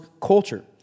culture